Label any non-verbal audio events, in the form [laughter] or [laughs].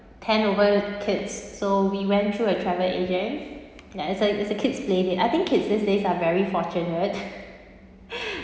ten over kids so we went through a travel agent ya it's like it's a kids planning I think kids these days are very fortunate [laughs]